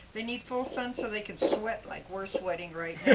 they need full sun so they can sweat like we're sweating right